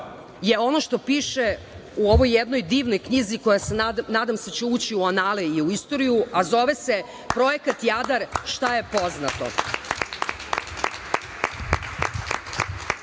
je ono što piše u ovoj jednoj divnoj knjizi koja se nadam da će ući u anale i u istoriju, a zove se „Projekat Jadar – šta je poznato“Taj